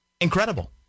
incredible